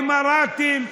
אמירתים,